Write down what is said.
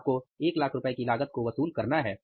आपको ₹100000 की लागत को वसूल करना है